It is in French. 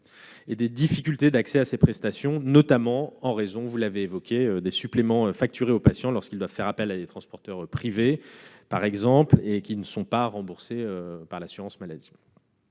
et des difficultés d'accès à ces prestations, en raison notamment des suppléments facturés aux patients lorsqu'ils doivent faire appel à des transporteurs privés ou qui ne sont pas remboursés par l'assurance maladie.